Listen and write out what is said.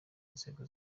nzego